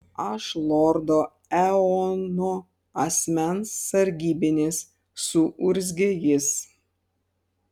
aš lordo eono asmens sargybinis suurzgė jis